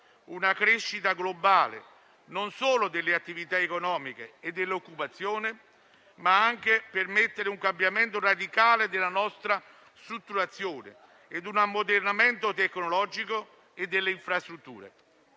una crescita globale non solo delle attività economiche e dell'occupazione, ma anche permettere un cambiamento radicale della nostra strutturazione e un ammodernamento tecnologico e delle infrastrutture.